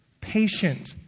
patient